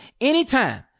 anytime